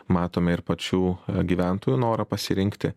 matome ir pačių gyventojų norą pasirinkti